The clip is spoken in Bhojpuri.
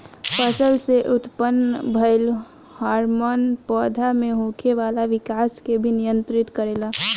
फसल में उत्पन्न भइल हार्मोन पौधा में होखे वाला विकाश के भी नियंत्रित करेला